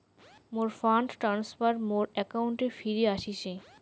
মোর fund transfer মোর অ্যাকাউন্টে ফিরি আশিসে